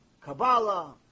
Kabbalah